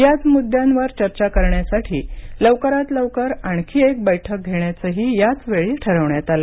याच मुद्द्यांवर चर्चा करण्यासाठी लवकरात लवकर आणखी एक बैठक घेण्याचंही याच वेळी ठरवण्यात आलं